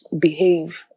behave